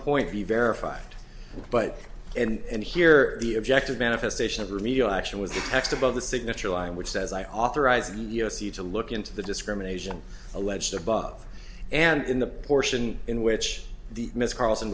point be verified but and here the objective manifestation of remedial action was the text above the signature line which says i authorized u s c to look into the discrimination alleged above and in the portion in which the miss carlson